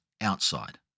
outside